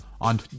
on